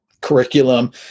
curriculum